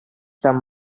some